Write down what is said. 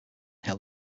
hill